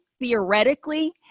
Theoretically